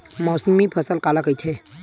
मौसमी फसल काला कइथे?